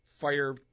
fire